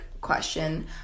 question